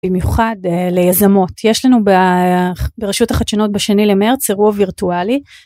במיוחד ליזמות יש לנו ברשות החדשנות בשני למרץ אירוע וירטואלי.